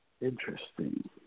Interesting